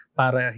para